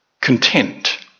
content